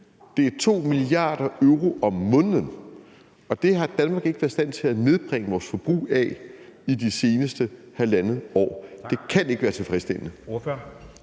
Det er 2 mia. euro om måneden, og vi har i Danmark ikke været i stand til at nedbringe vores forbrug af den gas i det seneste halvandet år. Det kan ikke være tilfredsstillende.